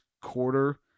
quarter